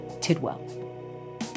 Tidwell